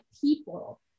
people